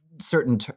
certain